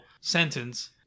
sentence